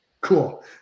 Cool